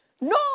No